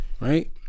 Right